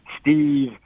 Steve